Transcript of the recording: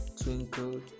Twinkle